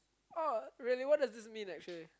oh really what does this mean actually